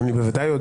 ודאי.